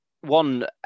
one